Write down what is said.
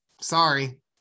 sorry